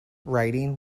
writing